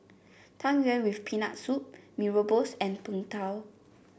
Tang Yuen with Peanut Soup Mee Rebus and Png Tao